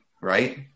right